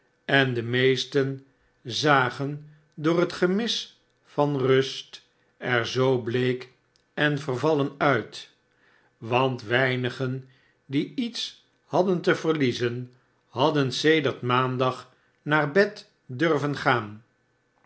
en de meesten zagen door het gemis van rust er zoo bleek en vervallen nit want weinigen die iets hadden te verliezen hadden sedert maandag naar bed durven gaan